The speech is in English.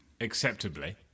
acceptably